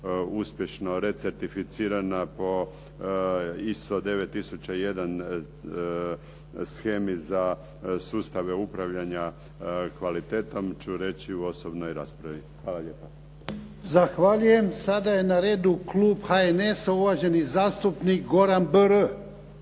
uspješno recertificirana po ISO 9001 shemi za sustave upravljanja kvalitetom ću reći u osobnoj raspravi. Hvala lijepo. **Jarnjak, Ivan (HDZ)** Zahvaljujem. Sada je na redu klub HNS-a, uvaženi zastupnik Goran BR.